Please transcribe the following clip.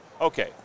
okay